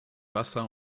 wasser